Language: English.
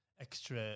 extra